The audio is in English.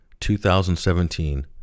2017